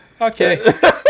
okay